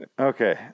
Okay